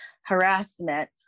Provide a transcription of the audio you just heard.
harassment